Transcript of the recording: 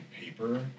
paper